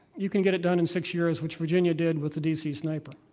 you can get it done in six years, which virginia did with the d. c. sniper.